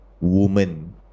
woman